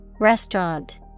Restaurant